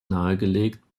nahegelegt